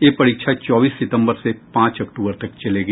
ये परीक्षा चौबीस सितंबर से पांच अक्टूबर तक चलेगी